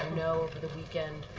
know over the weekend,